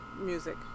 music